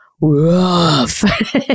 rough